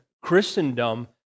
Christendom